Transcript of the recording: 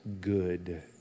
good